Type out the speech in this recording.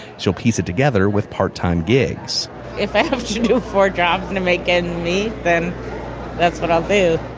she'll piece it together with part-time gigs if i have to do four jobs and to make ends meet then that's what i'll do.